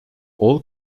all